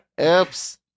Oops